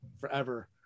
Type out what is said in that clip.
forever